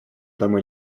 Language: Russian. там